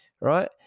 right